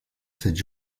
cette